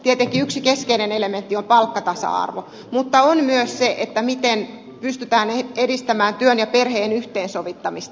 tietenkin yksi keskeinen elementti on palkkatasa arvo mutta on myös se miten pystytään edistämään työn ja perheen yhteensovittamista